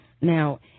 Now